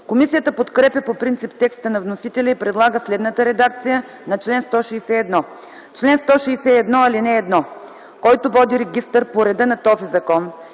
Комисията подкрепя по принцип текста на вносителя и предлага следната редакция на чл. 161: „Чл. 161. (1) Който води регистър по реда на този закон